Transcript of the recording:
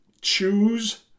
choose